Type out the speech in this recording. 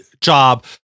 job